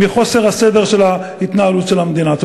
מחוסר הסדר בהתנהלות של המדינה.